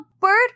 bird